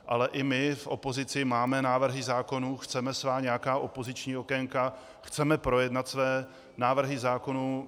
Ale i my v opozici máme návrhy zákonů, chceme nějaká svá opoziční okénka, chceme projednat své návrhy zákonů.